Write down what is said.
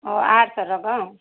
ହଉ ଆର୍ଟ୍ସର ତ